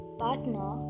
partner